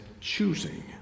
choosing